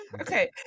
okay